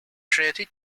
trinity